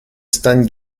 stan